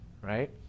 Right